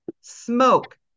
Smoke